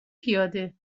پیاده